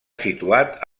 situat